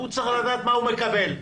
הוא צריך לדעת מה הוא מקבל.